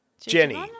Jenny